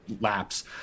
laps